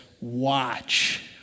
watch